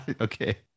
Okay